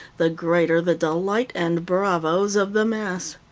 the greater the delight and bravos of the mass.